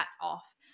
off